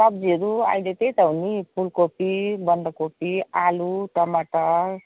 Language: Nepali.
सब्जीहरू अहिले त्यही त हो नि फुलकोपी बन्दकोपी आलु टमाटर